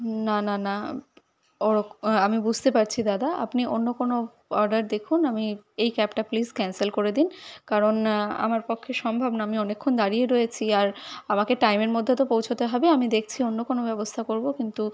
না না না ওরক আমি বুসতে পারছি দাদা আপনি অন্য কোনো অর্ডার দেখুন আমি এই ক্যাবটা প্লিস ক্যান্সেল করে দিন কারণ আমার পক্ষে সম্ভব না আমি অনেকক্ষণ দাঁড়িয়ে রয়েছি আর আমাকে টাইমের মধ্যে তো পৌঁছোতে হবে আমি দেখছি অন্য কোনো ব্যবস্থা করবো কিন্তু